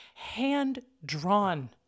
Hand-drawn